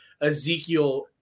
Ezekiel